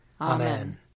Amen